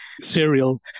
cereal